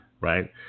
right